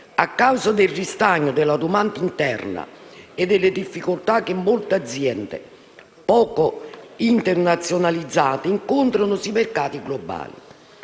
a causa del ristagno della domanda interna e delle difficoltà che molte aziende, poco internazionalizzate, incontrano sui mercati globali.